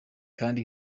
kandi